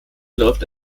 läuft